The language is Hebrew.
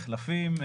מחלפים,